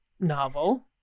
novel